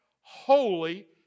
holy